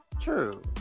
True